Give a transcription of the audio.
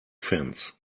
fence